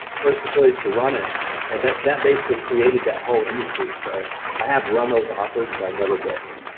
first affiliates to run it and that that basically created that whole industry so, i have run those offers but i've never built one.